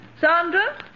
Sandra